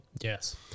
Yes